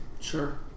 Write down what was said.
Sure